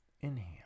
Inhale